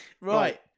Right